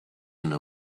know